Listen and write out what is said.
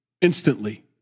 Instantly